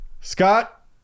Scott